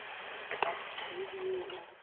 अभी तक नहीं दिए हैं